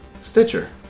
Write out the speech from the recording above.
Stitcher